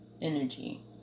energy